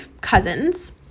cousins